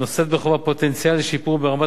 נושאת בחובה פוטנציאל לשיפור ברמת